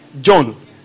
John